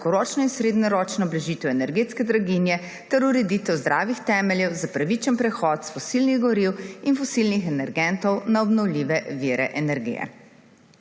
kratkoročno in srednjeročno blažitev energetske draginje ter ureditev zdravih temeljev za pravičen prehod fosilnih goriv in fosilnih energentov na obnovljive vire energije.